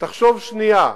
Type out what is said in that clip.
תחשוב שנייה,